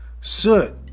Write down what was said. Soot